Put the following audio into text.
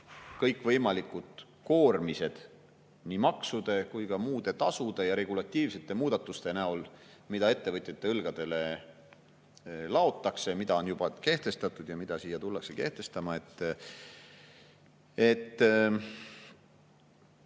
kõikvõimalikud koormised nii maksude kui ka muude tasude ja regulatiivsete muudatuste näol, mida ettevõtjate õlgadele laotakse, mis on juba kehtestatud ja mida siia tullakse kehtestama.